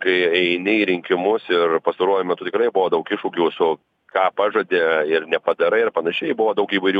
kai eini į rinkimus ir pastaruoju metu tikrai buvo daug iššūkių su ką pažadi ir nepadarai ir panašiai buvo daug įvairių